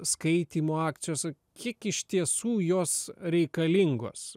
skaitymo akcijos kiek iš tiesų jos reikalingos